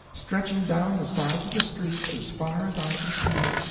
stretching down the sides of the streets as far as i can see.